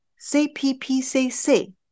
CPPCC